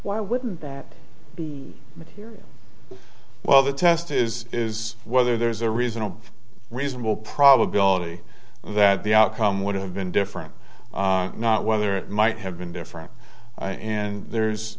why wouldn't that be material well the test is is whether there's a reasonable reasonable probability that the outcome would have been different not whether it might have been different and there's